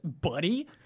buddy